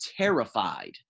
Terrified